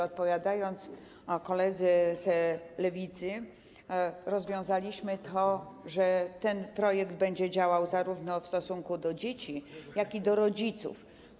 Odpowiadając koledze z Lewicy, rozwiązaliśmy to w ten sposób, że ten projekt będzie działał zarówno w stosunku do dzieci, jak i do rodziców.